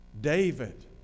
David